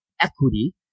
equity